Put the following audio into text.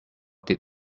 did